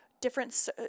different